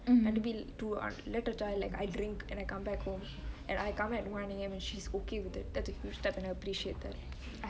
and to little child like I drink and I come back home and I come at one A_M and she's okay with it that's a huge that's appreciate that